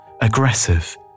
aggressive